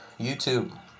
YouTube